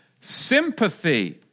sympathy